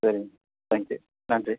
சரிங்க thank you நன்றி